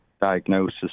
diagnosis